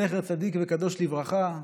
זכר צדיק וקדוש לברכה,